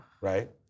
right